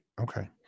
Okay